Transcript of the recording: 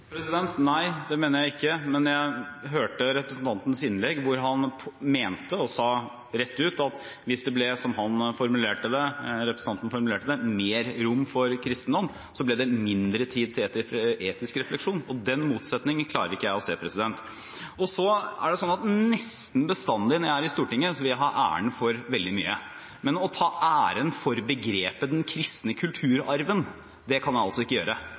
kristendom? Nei, det mener jeg ikke, men jeg hørte representantens innlegg, hvor han mente og sa rett ut at hvis det ble – som representanten formulerte det – mer rom for kristendom, så ble det mindre tid til etisk refleksjon. Den motsetningen klarer ikke jeg å se. Så er det sånn at nesten bestandig når jeg er i Stortinget, vil jeg ha æren for veldig mye. Men å ta æren for begrepet «den kristne kulturarven», det kan jeg altså ikke gjøre.